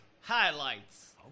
highlights